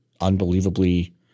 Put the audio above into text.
unbelievably